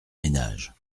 ménages